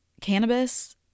cannabis